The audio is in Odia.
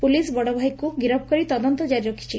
ପୁଲିସ ବଡ଼ଭାଇକୁ ଗିରଫ କରି ତଦନ୍ତ ଜାରି ରଖିଛି